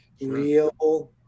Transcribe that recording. real